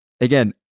again